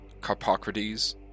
Carpocrates